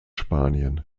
spanien